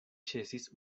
ĉesis